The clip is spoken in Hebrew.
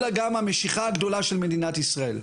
אלא גם המשיכה הגדולה של ישראל.